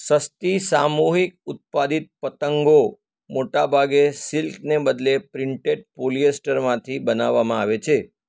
સસ્તી સામૂહિક ઉત્પાદિત પતંગો મોટાભાગે સિલ્કને બદલે પ્રિન્ટેડ પોલિએસ્ટરમાંથી બનાવવામાં આવે છે